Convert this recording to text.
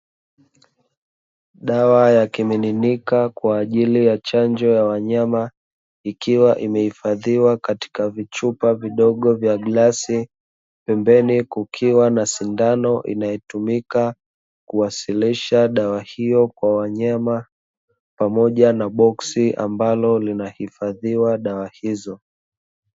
Dawa ya kimiminika kwaajili ya chanjo ya wanyama, ikiwa imehifadhiwa katika vichupa vidogo vya glasi. Pembeni kukiwa na sindano inayotumika kuwasilisha dawa hiyo kwa wanyama, pamoja na boksi ambalo linahifadhiwa dawa hizo.